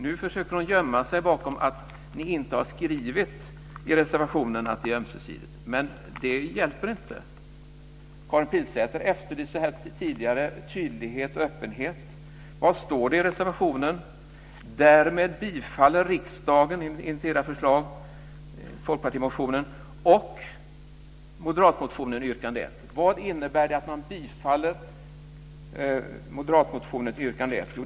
Nu försöker Karin Pilsäter gömma sig bakom att det inte står skrivet i reservationen att det är ömsesidigt. Det hjälper inte. Karin Pilsäter efterlyste tidigare tydlighet och öppenhet. Vad står det i reservationen? Därmed bifaller riksdagen - enligt era förslag - Vad innebär det att man bifaller moderatmotionen i yrkande 1?